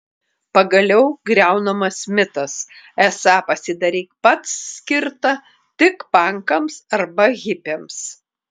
pagaliau griaunamas mitas esą pasidaryk pats skirta tik pankams arba hipiams